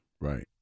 right